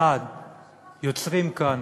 יוצרים כאן